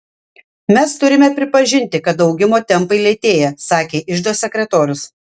mes turime pripažinti kad augimo tempai lėtėja sakė iždo sekretorius